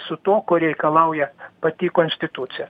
su tuo ko reikalauja pati konstitucija